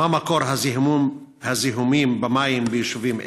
1. מה מקור הזיהומים במים ביישובים אלה?